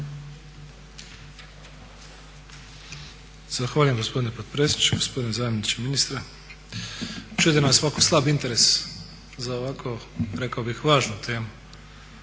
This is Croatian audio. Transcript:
Zahvaljujem gospodine potpredsjedniče, gospodine zamjeniče ministra. Čudi nas ovako slab interes za ovako rekao bih važnu temu